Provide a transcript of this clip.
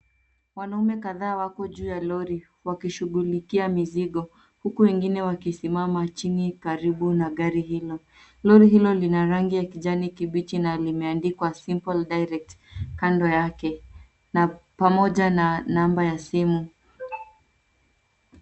Wanaume kadhaa wako juu ya lori wakishughulikia mizigo, huku wengine wakisimama chini karibu na gari hilo. Lori hilo lina rangi ya kijani kibichi na limeandikwa simple direct kando yake na pamoja na namba ya simu.